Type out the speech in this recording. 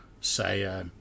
say